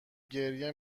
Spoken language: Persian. گریه